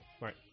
Right